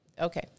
Okay